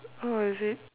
oh is it